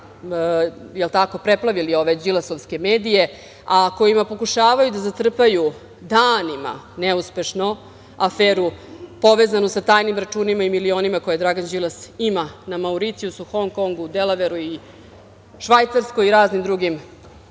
preplavili ove đilasovske medije, a kojima pokušavaju da zatrpaju danima, neuspešno, aferu povezanu sa tajnim računima i milionima koje Dragan Đilas ima na Mauricijusu, Hong Kongu, Delaveru i Švajcarskoj i raznim drugim